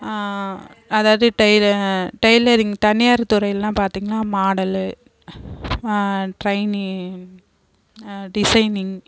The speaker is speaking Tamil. அதாவது டெய்ல டெய்லரிங் தனியார் துறையிலெலாம் பார்த்தீங்னா மாடலு டிரைனி டிசைனிங்